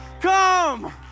Come